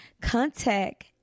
contact